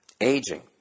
aging